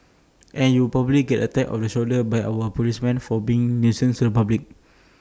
and you will probably get A tap on the shoulder by our policemen for being nuisance to the public